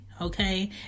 okay